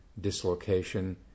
dislocation